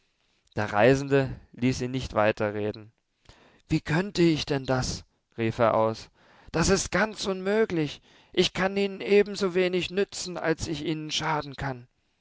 der reisende ließ ihn nicht weiterreden wie könnte ich denn das rief er aus das ist ganz unmöglich ich kann ihnen ebenso wenig nützen als ich ihnen schaden kann